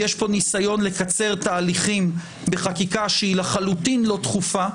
יש פה ניסיון לקצר תהליכים בחקיקה שהיא לחלוטין לא דחופה,